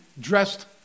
dressed